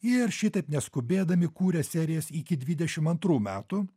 ir šitaip neskubėdami kūrė serijas iki dvidešimt antrų metų